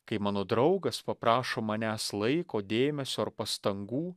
kai mano draugas paprašo manęs laiko dėmesio ar pastangų